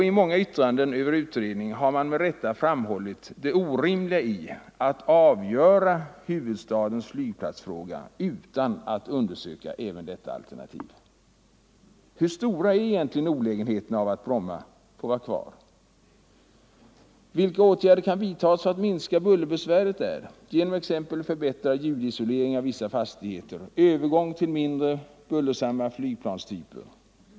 I många yttranden över utredningen har man med rätta framhållit det orimliga i att avgöra huvudstadens flygplatsfråga utan att undersöka även detta alternativ. Hur stora är egentligen olägenheterna av att flyget på Bromma får vara kvar? Vilka åtgärder kan vidtas för att minska bullerbesvären där genom att t.ex. förbättra ljudisoleringen av vissa fastigheter och övergå till mindre bullersamma flygplanstyper?